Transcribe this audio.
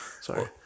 Sorry